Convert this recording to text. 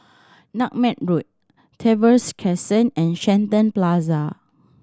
Nutmeg Road Trevose Crescent and Shenton Plaza